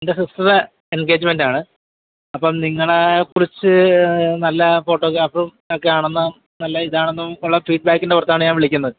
എൻ്റെ സിസ്റ്ററുടെ എൻഗേജ്മെൻറ്റാണ് അപ്പം നിങ്ങളെ കുറിച്ച് നല്ല ഫോട്ടോഗ്രാഫും ഒക്കെ ആണെന്ന് നല്ല ഇതാണെന്നും ഉള്ള ഫീഡ് ബേക്കിൻ്റെ പുറത്താണ് ഞാൻ വിളിക്കുന്നത്